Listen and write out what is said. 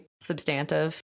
substantive